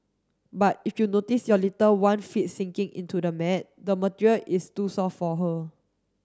but if you notice your little one feet sinking into the mat the material is too soft for her